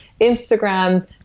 Instagram